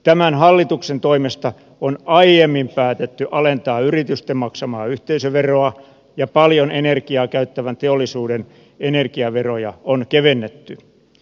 tämän hallituksen toimesta on aiemmin päätetty alentaa yritysten maksamaa yhteisöveroa ja paljon energiaa käyttävän teollisuuden energiaveroja on kevennetty